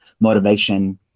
motivation